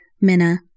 Minna